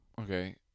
Okay